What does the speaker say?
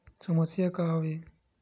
समस्या का आवे?